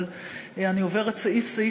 אבל אני עוברת סעיף-סעיף,